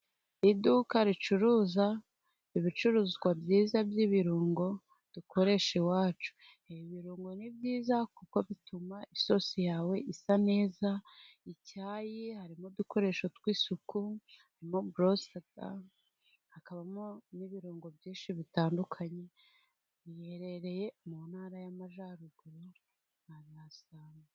Iduka ricuruza ibicuruzwa byiza by' ibirungo dukoresha iwacu:" ibirungo ni byiza kuko bituma isosi yawe isa neza" icyayi harimo udukoresho tw' isuku harimo burose da, hakabamo n' ibirungo byinshi bitandukanye, biherereye mu ntara y' Amajyaruguru.